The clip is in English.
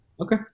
Okay